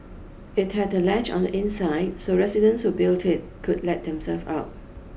it had a latch on the inside so residents who built it could let themselves out